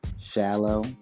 shallow